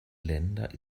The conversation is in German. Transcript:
länder